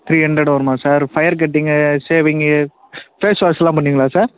three hundred வருமா sir hair cutting shaving face வாஸ்லாம் பண்ணுவீங்களா சார்